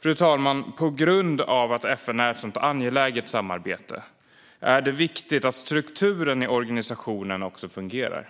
Fru talman! På grund av att FN är ett sådant angeläget samarbete är det viktigt att strukturen i organisationen fungerar.